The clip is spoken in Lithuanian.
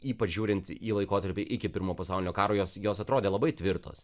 ypač žiūrint į laikotarpį iki pirmojo pasaulinio karo jos jos atrodė labai tvirtos